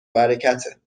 برکته